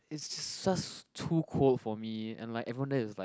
is such too cold for me and like everyone there is like